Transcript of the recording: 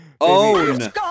Own